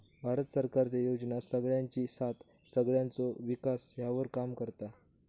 भारत सरकारचे योजना सगळ्यांची साथ सगळ्यांचो विकास ह्यावर काम करता